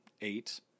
eight